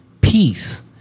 peace